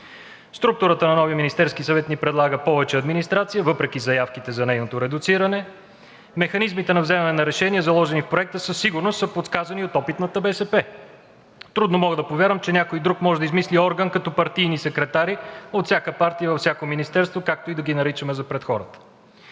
Структурата на новия Министерски съвет ни предлага повече администрация въпреки заявките за нейното редуциране. Механизмите на вземане на решения, заложени в проекта, със сигурност са подсказани от опитната БСП. Трудно мога да повярвам, че някой друг може да измисли орган като партийни секретари от всяка партия във всяко министерство, както и да ги наричаме за пред хората.